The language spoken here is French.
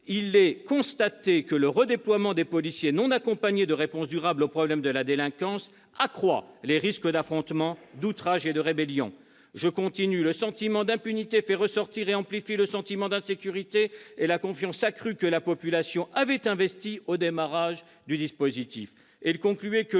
il est constaté que le redéploiement des policiers non accompagné de réponses durables aux problèmes de la délinquance accroît les risques d'affrontements, d'outrages et de rébellions ». Les auteurs du rapport poursuivaient :« Le sentiment d'impunité fait ressortir et amplifie le sentiment d'insécurité et la confiance accrue que la population avait investie au démarrage du dispositif